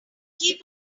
keep